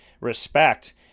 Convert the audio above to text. respect